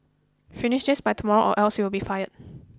finish this by tomorrow or else you'll be fired